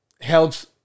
helps